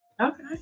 okay